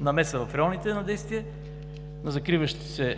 намеса в районите на действие на закриващи се